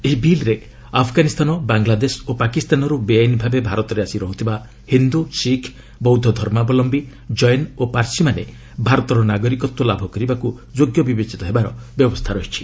ଏହି ବିଲ୍ରେ ଆଫ୍ଗାନିସ୍ତାନ ବାଙ୍ଗଲାଦେଶ ଓ ପାକିସ୍ତାନରୁ ବେଆଇନ୍ ଭାବେ ଭାରତରେ ଆସି ରହୁଥିବା ହିନ୍ଦୁ ଶିଖ୍ ବୌଦ୍ଧ ଧର୍ମାବଲନ୍ଧି ଜୈନ ଓ ପାର୍ସିମାନେ ଭାରତର ନାଗରିକତ୍ୱ ଲାଭ କରିବାକୁ ଯୋଗ୍ୟ ବିବେଚିତ ହେବାର ବ୍ୟବସ୍ଥା ରହିଛି